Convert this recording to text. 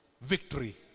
victory